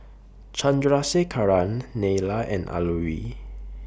Chandrasekaran Neila and Alluri